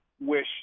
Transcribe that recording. wish